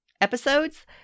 episodes